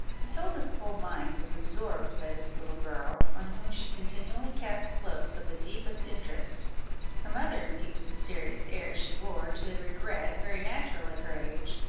matilda's whole mind was absorbed by this little girl, on whom she continually cast looks of the deepest interest her mother imputed the serious air she wore to a regret very natural at her age,